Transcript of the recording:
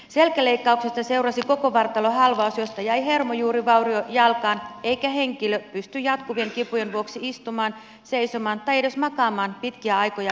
selkäleikkauksesta seurasi kokovartalohalvaus josta jäi hermojuurivaurio jalkaan eikä henkilö pysty jatkuvien kipujen vuoksi istumaan seisomaan tai edes makaamaan pitkiä aikoja kerrallaan